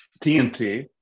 TNT